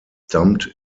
dumped